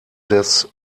des